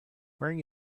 wearing